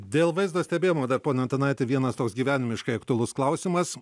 dėl vaizdo stebėjimo pone antanaiti vienas toks gyvenimiškai aktualus klausimas